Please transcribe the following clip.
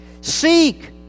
Seek